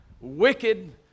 wicked